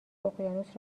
اقیانوس